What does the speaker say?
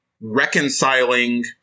reconciling